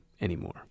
anymore